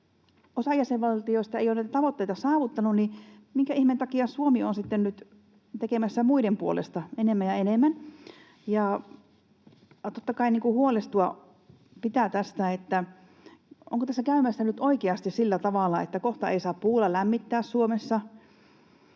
osa jäsenvaltioista ei ole näitä tavoitteita saavuttanut, niin minkä ihmeen takia Suomi on sitten nyt tekemässä muiden puolesta enemmän ja enemmän? Totta kai huolestua pitää tästä. Onko tässä käymässä nyt oikeasti sillä tavalla, että kohta ei saa puulla lämmittää Suomessa,